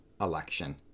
election